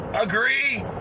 agree